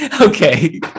okay